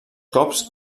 cops